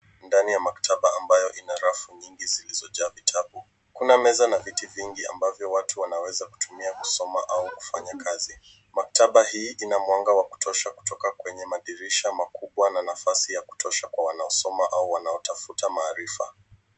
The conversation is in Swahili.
Ndani ya maktaba ambayo ina rafu nyingi zilizojaa vitabu. Kuna meza na viti vingi ambavyo watu wanaweza kutumia kusoma au kufanya kazi. Maktaba hii ina mwanga wa kutosha kutoka kwenye madirisha makubwa na nafasi ya kutosha kwa wanaosoma au wanaotafuta maarifa.